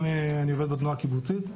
אני גם עובד בתנועה הקיבוצית.